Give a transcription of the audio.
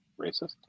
racist